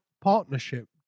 partnership